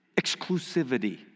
exclusivity